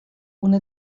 una